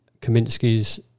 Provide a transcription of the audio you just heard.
Kaminsky's